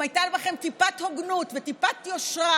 אם הייתה בכם טיפת הוגנות וטיפת יושרה